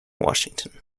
washington